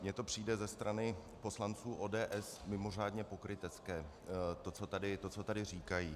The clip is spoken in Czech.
Mně to přijde ze strany poslanců ODS mimořádně pokrytecké, to, co tady říkají.